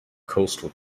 coastal